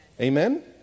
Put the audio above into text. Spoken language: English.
Amen